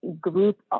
group